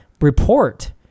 report